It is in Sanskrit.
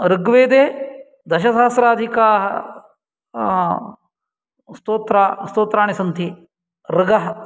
ऋग्वेदे दशसहस्राधिकाः स्तोत्राणि सन्ति ऋगः